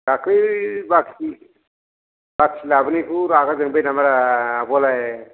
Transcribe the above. दाख्लै बाखि बाखि लाबोनायखौ रागा जोंबाय नामारा आब'आलाय